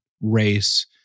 race